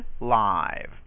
live